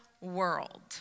world